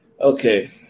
Okay